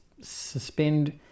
suspend